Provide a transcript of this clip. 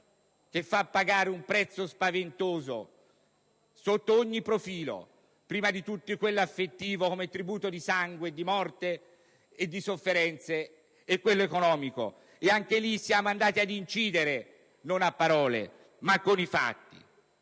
che fa pagare un prezzo spaventoso sotto ogni profilo, prima di tutti quello affettivo come tributo di sangue, di morte e di sofferenze, e poi quello economico. Anche su questo aspetto siamo andati ad incidere non a parole, ma con i fatti.